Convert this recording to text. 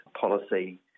policy